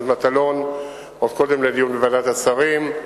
מטלון עוד קודם לדיון בוועדת השרים,